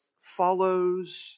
follows